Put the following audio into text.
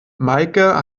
meike